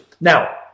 Now